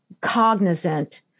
cognizant